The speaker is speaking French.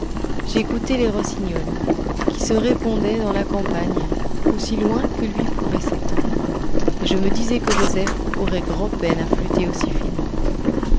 j'écoutais les rossignols qui se répondaient dans la campagne aussi loin que l'ouïe pouvait s'étendre et je me disais que joseph aurait grand'peine à flûter aussi finement